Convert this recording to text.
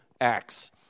acts